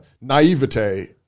naivete